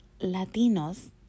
Latinos